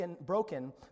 broken